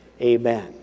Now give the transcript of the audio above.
Amen